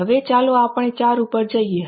હવે ચાલો આપણે 4 પર જઈએ